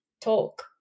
talk